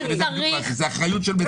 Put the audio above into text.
אבל צריך --- הייתי ראש רשות חרדית,